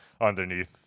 underneath